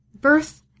birth